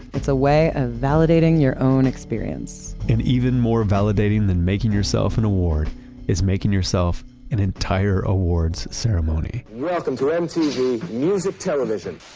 it's a way of validating your own experience and even more validating than making yourself an award is making yourself an entire awards ceremony welcome to mtv music television.